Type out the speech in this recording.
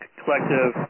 collective